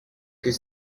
que